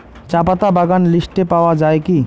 চাপাতা বাগান লিস্টে পাওয়া যায় কি?